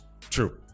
True